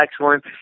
excellent